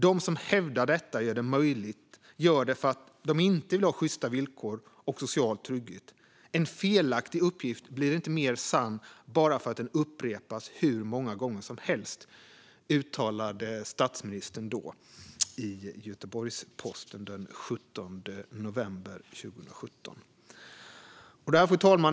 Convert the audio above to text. De som hävdar detta gör det för att de inte vill ha sjysta villkor och social trygghet. En felaktig uppgift blir inte mer sann bara för att den upprepas hur många gånger som helst. Det uttalade statsministern i Göteborgs-Posten den 17 november 2017. Fru talman!